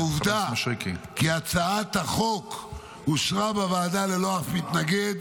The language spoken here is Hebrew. העובדה כי הצעת החוק אושרה בוועדה ללא אף מתנגד